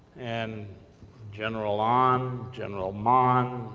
and general um general manh,